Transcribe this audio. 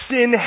Sin